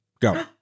Go